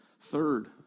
Third